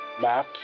Map